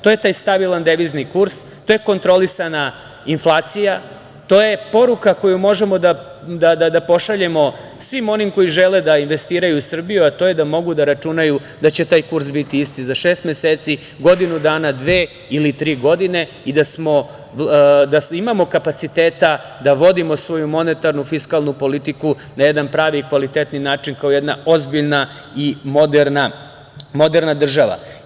To je taj stabilan devizni kurs, to je kontrolisana inflacija, to je poruka koju možemo da pošaljemo svima onima koji žele da investiraju u Srbiju, a to je da mogu da računaju da će taj kurs biti isti za šest meseci, godinu dana, dve ili tri godine i da imamo kapaciteta da vodimo svoju monetarnu fiskalnu politiku na jedan pravi i kvalitetni način, kao jedna ozbiljna i moderna država.